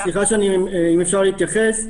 אם אפשר להתייחס,